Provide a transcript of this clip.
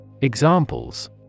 Examples